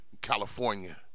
California